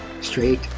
straight